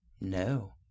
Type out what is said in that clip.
No